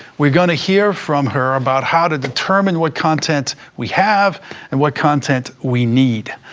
we're going to hear from her about how to determine what content we have and what content we need.